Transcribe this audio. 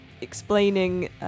explaining